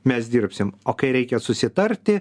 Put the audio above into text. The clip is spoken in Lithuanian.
mes dirbsim o kai reikia susitarti